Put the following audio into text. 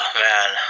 man